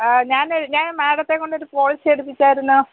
ഞാൻ ഞാ മാഡത്തെ കൊണ്ടൊരു പോളിസി എടുപ്പിച്ചായിരുന്നു